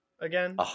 again